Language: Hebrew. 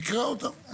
תקרא אותם.